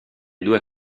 due